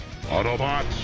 Autobots